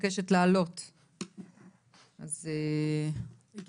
אנחנו לא התרגשנו מלטפל בתפוח אדמה לוהט ובמשך תקופה ארוכה הבאנו תחת